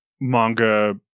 manga